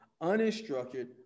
uninstructed